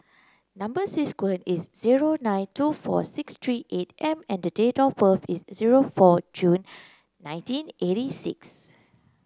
number is S zero nine two four six three eight M and date of birth is zero four June nineteen eighty six